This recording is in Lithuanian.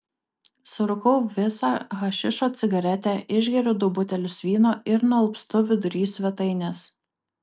surūkau visą hašišo cigaretę išgeriu du butelius vyno ir nualpstu vidury svetainės